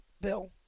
Bill